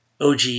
OG